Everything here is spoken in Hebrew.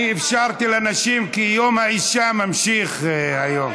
אפשרתי לנשים, כי יום האישה הבין-לאומי נמשך היום.